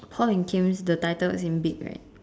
Paul and Kim's the title is in big right